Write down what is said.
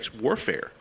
warfare